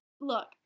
look